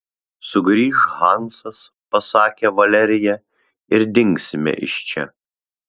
sugrįš hansas pasakė valerija ir dingsime iš čia